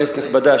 כנסת נכבדה,